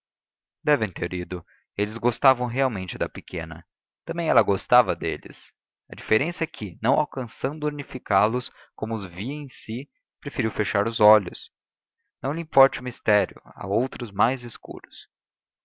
devem ter ido eles gostavam realmente da pequena também ela gostava deles a diferença é que não alcançando unificá los como os via em si preferiu fechar os olhos não lhe importe o mistério há outros mais escuros